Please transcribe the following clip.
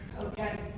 Okay